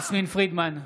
יסמין פרידמן,